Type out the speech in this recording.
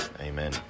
Amen